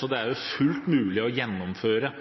så det er fullt mulig å gjennomføre